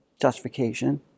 justification